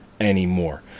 anymore